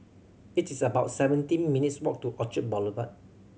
it is about seventeen minutes' walk to Orchard Boulevard